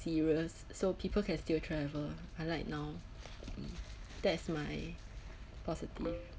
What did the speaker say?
serious so people can still travel unlike now that's my positive